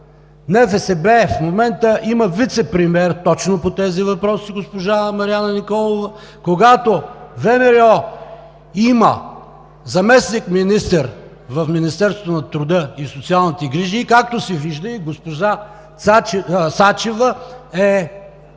НФСБ в момента има вицепремиер точно по тези въпроси – госпожа Мариана Николова, когато ВМРО има заместник-министър в Министерството на труда и социалната политика и, както се вижда, госпожа Сачева е